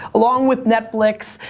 along with netflix,